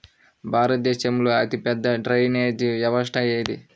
భారతదేశంలో అతిపెద్ద డ్రైనేజీ వ్యవస్థ ఏది?